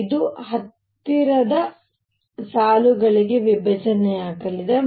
ಇದು ಹತ್ತಿರದ ಸಾಲುಗಳಾಗಿ ವಿಭಜನೆಯಾಗಲಿದೆ